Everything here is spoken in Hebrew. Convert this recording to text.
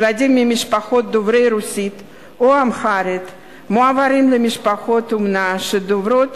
ילדים ממשפחות דוברות רוסית או אמהרית מועברים למשפחות אומנה שדוברות